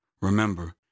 Remember